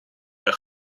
her